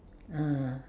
(uh huh)